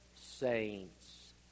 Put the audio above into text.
saints